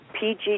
PG